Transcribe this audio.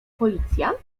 policjant